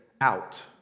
out